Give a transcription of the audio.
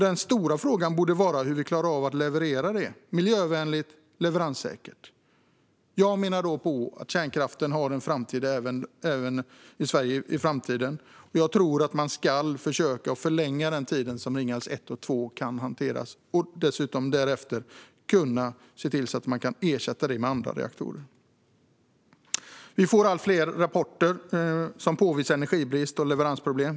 Den stora frågan borde alltså vara hur vi klarar av att leverera denna energi miljövänligt och säkert. Jag menar att kärnkraften har en roll att spela i Sverige även i framtiden, och jag tror att man ska försöka förlänga den tid som Ringhals 1 och 2 kan drivas och därefter ersätta dem med andra reaktorer. Allt fler rapporter påvisar energibrist och leveransproblem.